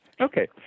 Okay